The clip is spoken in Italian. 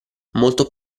molto